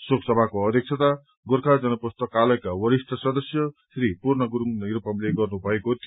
शोकसभाको अध्यक्षता गोर्खा जन पुस्तकालयका वरिष्ट सदस्य श्री पूर्ण गुरुङ निरूपमले गर्नुभएको थियो